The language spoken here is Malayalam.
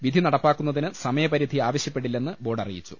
വിധി നടപ്പാക്കുന്നതിന് സമയപരിധി ആവശ്യപ്പെടില്ലെന്ന് ബോർഡ് അറിയിച്ചു